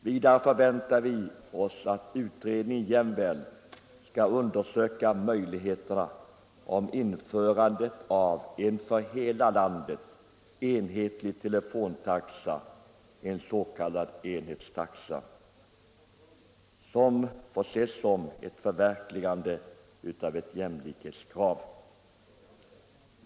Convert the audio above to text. Vidare förväntar vi oss att utredningen jämväl skall undersöka möjligheterna att införa en för hela landet enhetlig telefontaxa, en s.k. enhetstaxa, som får ses som ett förverkligande av ett jämlikhetskrav.